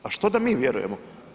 A što da mi vjerujemo?